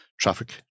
traffic